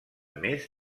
més